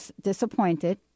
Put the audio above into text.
disappointed